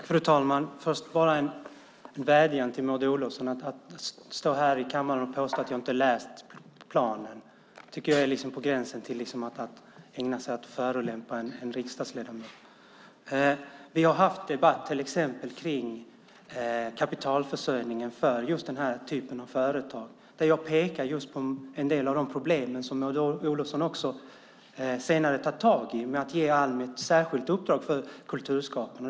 Fru talman! Först har jag en vädjan till Maud Olofsson som står här i kammaren och påstår att jag inte har läst planen. Det tycker jag är på gränsen till att förolämpa en riksdagsledamot. Vi har haft debatt till exempel om kapitalförsörjningen för den här typen av företag. Jag pekar just på en del av de problem som Maud Olofsson också senare tar tag i genom att ge Almi ett särskilt uppdrag för kulturskapande.